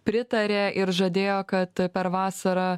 pritarė ir žadėjo kad per vasarą